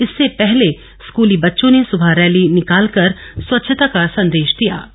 इससे पहले स्कूली बच्चों ने सुबह रैली निकालकर स्वच्छता का संदेश दिये